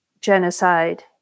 genocide